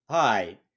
Hi